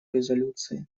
резолюции